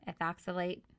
ethoxylate